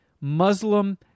Muslim